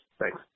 Thanks